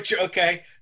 okay